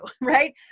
right